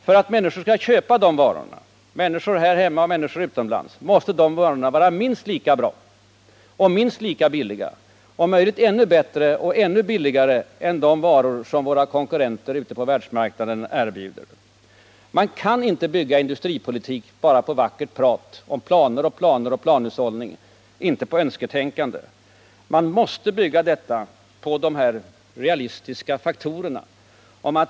För att människor — människor här hemma och människor utomlands — skall köpa de varorna måste varorna vara minst lika bra och minst lika billiga som, eller om möjligt ännu bättre och ännu billigare än, de varor som våra konkurrenter ute på världsmarknaden erbjuder. Man kan inte bygga industripolitik bara på vackert prat om planer och planhushållning och inte heller på önsketänkande, utan man måste bygga den på realistiska faktorer.